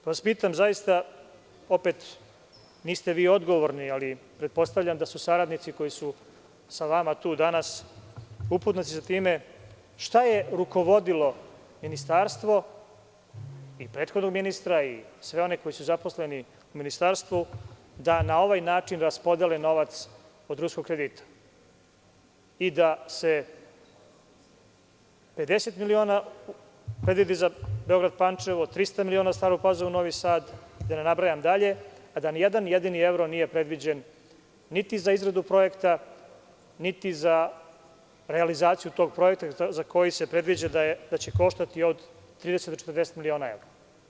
Pitam vas, zaista, niste vi odgovorni, ali pretpostavljam da su saradnici koji su sa vama tu danas upoznati sa time, šta je rukovodilo Ministarstvo i prethodnog ministra i sve one koji su zaposleni u Ministarstvu, da na ovaj način raspodele novac od ruskog kredita i da se 50 miliona predvidi za Beograd – Pančevo, 300 miliona za Staru Pazovu – Novi Sad, da ne nabrajam dalje, a da ni jedan jedini evro nije predviđen niti za izradu projekta, niti za realizaciju tog projekta za koji se predviđa da će koštati od 30 do 40 miliona evra?